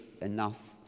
enough